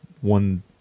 one